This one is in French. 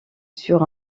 sur